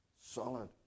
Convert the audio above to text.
Solid